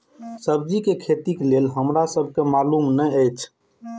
सब्जी के खेती लेल हमरा सब के मालुम न एछ?